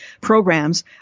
programs